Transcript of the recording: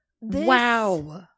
wow